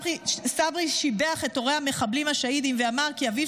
צברי שיבח את הורי המחבלים השהידים ואמר כי אביו